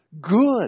good